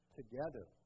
together